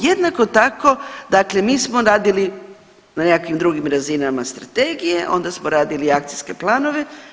Jednako tako, dakle mi smo radili na nekakvim drugim razinama strategije, onda smo radili akcijske planove.